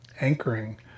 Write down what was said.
anchoring